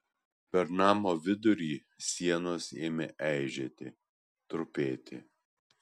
per namo vidurį sienos ėmė eižėti trupėti